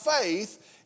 faith